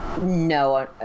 no